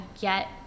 get